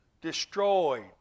Destroyed